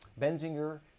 Benzinger